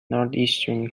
northeastern